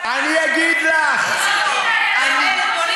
אני לא מבינה, יש הערות לדוברים?